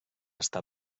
està